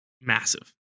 massive